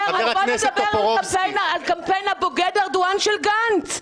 על קמפיין הבוגד ארדואן של גנץ,